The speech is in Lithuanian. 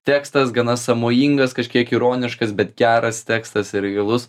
tekstas gana sąmojingas kažkiek ironiškas bet geras tekstas ir gilus